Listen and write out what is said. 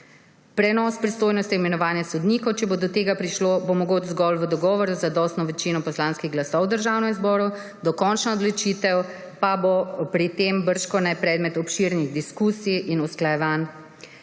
Prenos pristojnosti imenovanja sodnikov, če bo do tega prišlo, bo mogoč zgolj v dogovoru z zadostno večino poslanskih glasov v Državnem zboru. Dokončna odločitev pa bo pri tem bržkone predmet obširnih diskusij in usklajevanj.